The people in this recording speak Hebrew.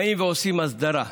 באים ועושים הסדרה.